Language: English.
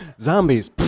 Zombies